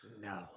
No